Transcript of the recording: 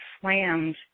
slammed